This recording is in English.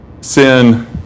Sin